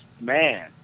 man